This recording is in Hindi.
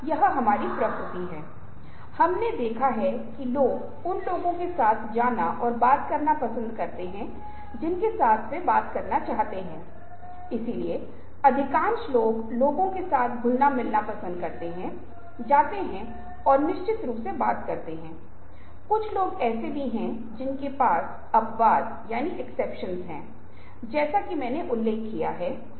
तो हम दृश्य का अनुभव सीधे अपनी आंखों के माध्यम से करते हैं लेकिन बहुत अधिक हद तक हम समय बिता रहे हैं स्क्रीन को देखकर और विभिन्न अन्य प्रकार के दृश्यों का अनुभव कर रहे हैं जो जाहिर है हम इस स्क्रीन के माध्यम से यहां बैठने के लिए उपयोग नहीं करेंगे